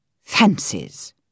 fancies